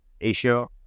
Asia